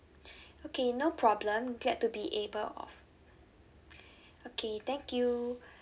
okay no problem glad to be able okay thank you